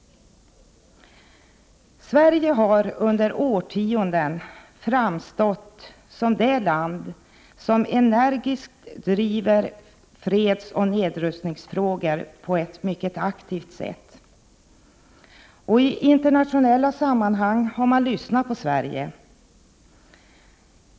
Sverige har under årtionden framstått som ett land som energiskt driver fredsoch nedrustningsfrågor på ett mycket aktivt sätt. I internationella sammanhang har man lyssnat på Sverige.